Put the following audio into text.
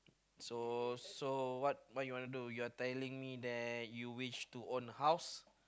so so what you wanna do you are telling me that you wish to own a house